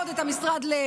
ו-33 עובדים.